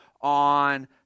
on